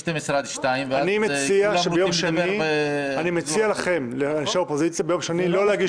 אני מציע לאנשי האופוזיציה ביום שני לא להגיש